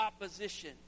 opposition